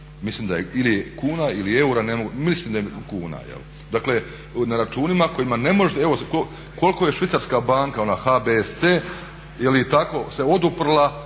mislim ili je kuna ili eura, mislim da je kuna, dakle na računima kojima ne možete, evo koliko je švicarska banka ona HBSC se oduprla